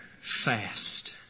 fast